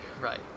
Right